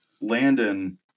Landon